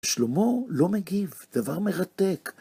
שלמה לא מגיב, דבר מרתק.